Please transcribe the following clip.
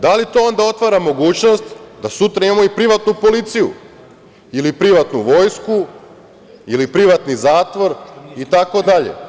Da li to onda otvara mogućnost da sutra imamo i privatnu policiju, ili privatnu vojsku, ili privatni zatvor itd?